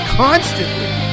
constantly